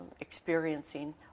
experiencing